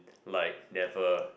like never